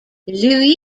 louis